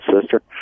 sister